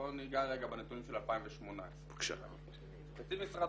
בוא ניגע רגע בנתונים של 2018. תקציב משרד